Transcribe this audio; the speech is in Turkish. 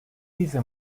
bizi